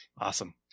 Awesome